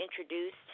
introduced